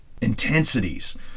intensities